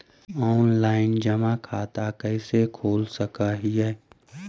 Online जमा खाता कैसे खोल सक हिय?